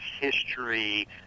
history